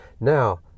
Now